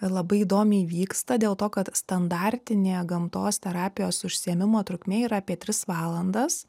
labai įdomiai vyksta dėl to kad standartinė gamtos terapijos užsiėmimo trukmė yra apie tris valandas